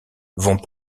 vont